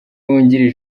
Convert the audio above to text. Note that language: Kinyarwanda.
wungirije